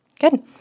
good